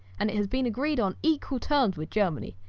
and it has been agreed on equal terms with germany,